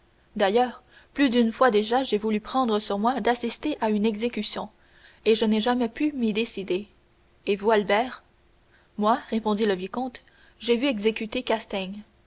d'ailleurs plus d'une fois déjà j'ai voulu prendre sur moi d'assister à une exécution et je n'ai jamais pu m'y décider et vous albert moi répondit le vicomte j'ai vu exécuter castaing